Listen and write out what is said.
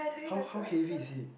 how how heavy is he